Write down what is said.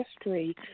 history